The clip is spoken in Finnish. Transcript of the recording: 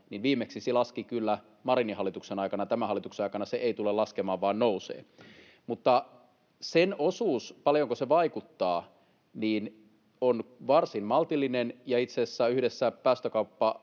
viimeksi se laski kyllä Marinin hallituksen aikana. Tämän hallituksen aikana se ei tule laskemaan vaan nousee, mutta sen osuus, paljonko se vaikuttaa, on varsin maltillinen. Itse asiassa yhdessä